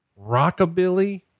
Rockabilly